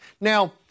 Now